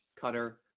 cutter